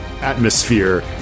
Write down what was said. atmosphere